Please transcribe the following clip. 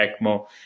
ECMO